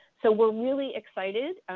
so we're really excited,